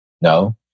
no